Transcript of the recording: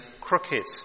crooked